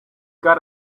got